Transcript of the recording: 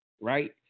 right